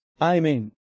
Amen